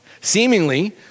Seemingly